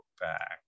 back